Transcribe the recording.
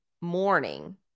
morning